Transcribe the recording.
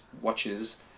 watches